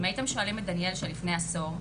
אם הייתי שואלים את דניאל של לפני עשור,